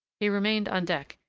he remained on deck,